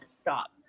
stop